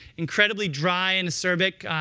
incredibly dry and acerbic.